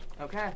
okay